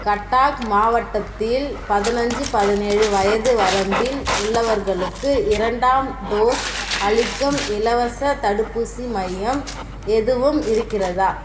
கட்டாக் மாவட்டத்தில் பதினஞ்சு பதினேழு வயது வரம்பில் உள்ளவர்களுக்கு இரண்டாம் டோஸ் அளிக்கும் இலவசத் தடுப்பூசி மையம் எதுவும் இருக்கிறதா